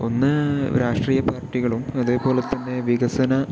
ഒന്ന് രാഷ്ട്രീയ പാർട്ടികളും അതേപോലെത്തന്നെ വികസന